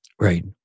right